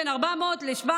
בין 400 ל-700,